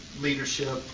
leadership